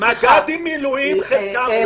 מג"דים במילואים, חלקם.